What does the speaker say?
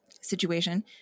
situation